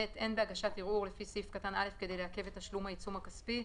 (ב) אין בהגשת ערעור לפי סעיף קטן (א) כדי לעכב את תשלום העיצום הכספי,